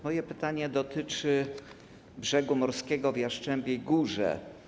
Moje pytanie dotyczy brzegu morskiego w Jastrzębiej Górze.